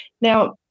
Now